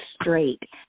straight